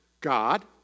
God